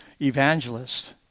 evangelist